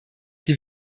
die